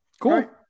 Cool